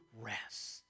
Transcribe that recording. rest